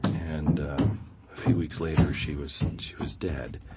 and a few weeks later, she was she was dead.